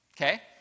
okay